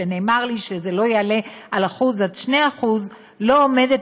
ונאמר לי שזה לא יעלה על 1% עד 2% לא עומדת